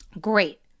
Great